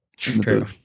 true